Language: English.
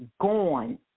gone